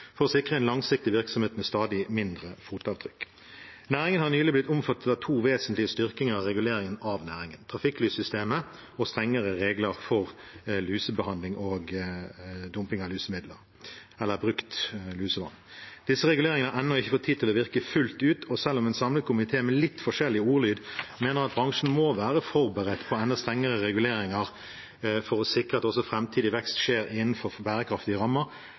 for å sikre en langsiktig virksomhet med stadig mindre fotavtrykk. Næringen har nylig blitt omfattet av to vesentlige styrkinger i reguleringen: trafikklyssystemet og strengere regler for lusebehandling og dumping av lusemidler eller brukt lusevann. Disse reguleringene har ennå ikke fått tid til å virke fullt ut, og selv om en samlet komité, med litt forskjellig ordlyd, mener at bransjen må være forberedt på enda strengere reguleringer for å sikre at også framtidig vekst skjer innenfor bærekraftige rammer,